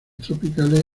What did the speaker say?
tropicales